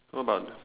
what about